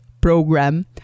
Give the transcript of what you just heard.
program